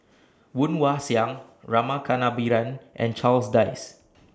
Woon Wah Siang Rama Kannabiran and Charles Dyce